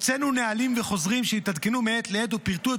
הוצאנו נהלים וחוזרים שהתעדכנו מעת לעת ופירטו את